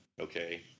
okay